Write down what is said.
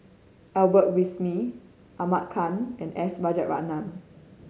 Albert Winsemius Ahmad Khan and S Rajaratnam